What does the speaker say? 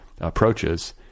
approaches